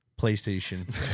PlayStation